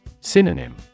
Synonym